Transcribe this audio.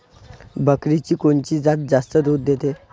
बकरीची कोनची जात जास्त दूध देते?